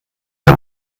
der